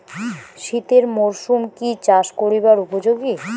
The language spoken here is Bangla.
শীতের মরসুম কি চাষ করিবার উপযোগী?